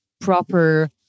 proper